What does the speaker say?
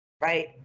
right